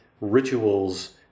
rituals